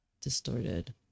distorted